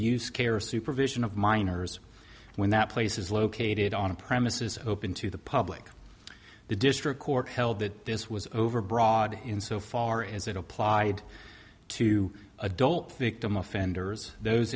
use care supervision of minors when that place is located on a premises open to the public the district court held that this was overbroad in so far as it applied to adult victim offenders those